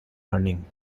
learning